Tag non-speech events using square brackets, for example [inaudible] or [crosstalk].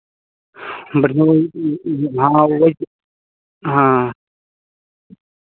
बढ़िया वाली [unintelligible] हाँ वही हाँ